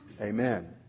Amen